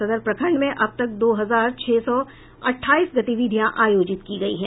सदर प्रखंड में अब तक दो हजार छह सौ अठाईस गतिविधियां आयोजित की गयी हैं